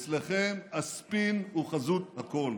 אצלכם הספין הוא חזות הכול.